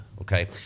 okay